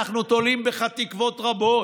אנחנו תולים בך תקוות רבות.